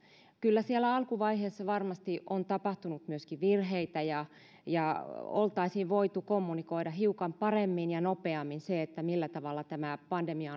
kyllä siellä alkuvaiheessa varmasti on tapahtunut myöskin virheitä ja ja oltaisiin voitu kommunikoida hiukan paremmin ja nopeammin se millä tavalla tämä pandemia